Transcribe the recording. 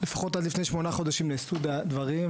לפחות עד לפני שמונה חודשים נעשו דברים,